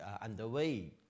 underway